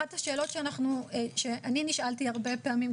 אחת השאלות שאני נשאלתי הרבה פעמים,